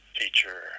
teacher